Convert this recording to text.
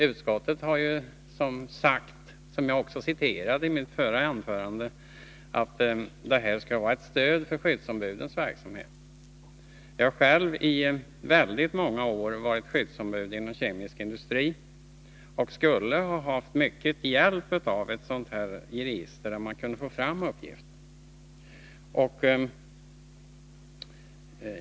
Utskottet har, som jag citerade i mitt förra anförande, sagt att det skall vara ett stöd för skyddsombudens verksamhet. Jag har själv i många år varit skyddsombud inom kemisk industri och skulle ha haft stor hjälp av ett register där man kunnat få fram uppgifter.